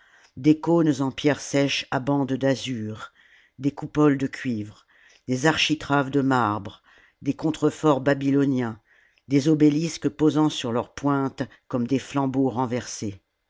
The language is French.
des cônes en pierres sèches à bandes d'azur des coupoles de cuivre des architraves de marbre des contreforts babyloniens des obélisques posant sur leur pointe comme des flambeaux renversés